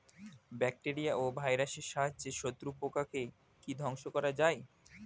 Bacteria ও ভাইরাসের সাহায্যে শত্রু পোকাকে কি ধ্বংস করা যায়?